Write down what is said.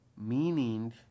meaning